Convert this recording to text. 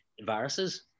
viruses